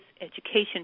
Education